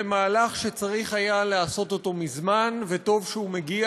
זה מהלך שצריך היה לעשות אותו מזמן וטוב שהוא מגיע.